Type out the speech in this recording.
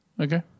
Okay